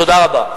תודה רבה.